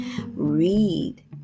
Read